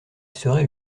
serait